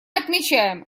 отмечаем